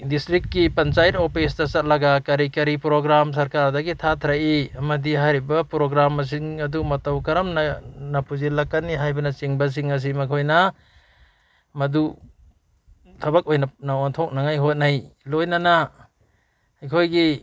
ꯗꯤꯁꯇ꯭ꯔꯤꯛꯀꯤ ꯄꯟꯆꯥꯌꯠ ꯑꯣꯐꯤꯁꯇ ꯆꯠꯂꯒ ꯀꯔꯤ ꯀꯔꯤ ꯄ꯭ꯔꯣꯒ꯭ꯔꯥꯝ ꯁꯔꯀꯥꯔꯗꯒꯤ ꯊꯥꯊꯔꯛꯏ ꯑꯃꯗꯤ ꯍꯥꯏꯔꯤꯕ ꯄ꯭ꯔꯣꯒ꯭ꯔꯥꯝꯁꯤꯡ ꯑꯗꯨ ꯃꯇꯧ ꯀꯔꯝꯅ ꯄꯨꯁꯤꯜꯂꯛꯀꯅꯤ ꯍꯥꯏꯕꯅꯆꯤꯡꯕꯁꯤꯡ ꯑꯁꯤ ꯃꯈꯣꯏꯅ ꯃꯗꯨ ꯊꯕꯛ ꯑꯣꯏꯅ ꯑꯣꯟꯊꯣꯛꯅꯉꯥꯏ ꯍꯣꯠꯅꯩ ꯂꯣꯏꯅꯅ ꯑꯩꯈꯣꯏꯒꯤ